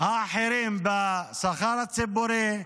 האחרים בשכר הציבורי.